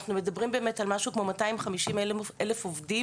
אנחנו מדברים על כ-250.000 עובדים